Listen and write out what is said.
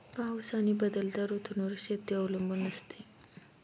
पाऊस आणि बदलत्या ऋतूंवर शेती अवलंबून असते